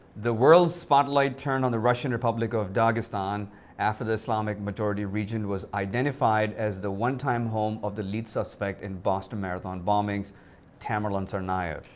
the world's spotlight turned on the russian republic of dagestan after the islamic-majority region was identified as the one-time home of the lead suspect in the boston marathon bombings tamerlan tsarnaev.